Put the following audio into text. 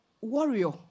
warrior